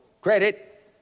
credit